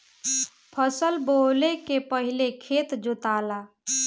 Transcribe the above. फसल बोवले के पहिले खेत जोताला